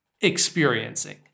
experiencing